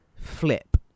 flip